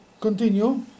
Continue